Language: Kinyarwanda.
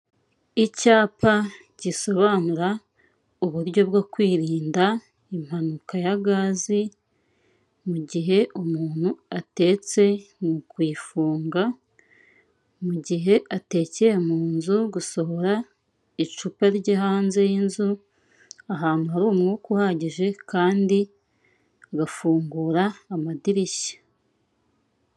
Icyapa gisobanura uburyo bwo kwirinda impanuka ya gaze, mu gihe umuntu atetse ni ukuyifunga mu gihe atekeye mu nzu gusohora icupa ryo hanze y'izu ahantu hari umwuka uhagije kandi agafungura amadirishya.,